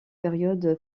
période